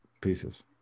Pieces